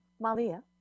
Malia